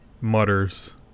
mutters